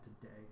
today